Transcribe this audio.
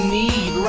need